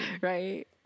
Right